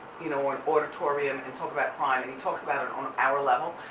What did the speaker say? you know, or an auditorium and talk about crime and he talks about it on our level,